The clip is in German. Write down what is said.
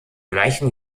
gleichen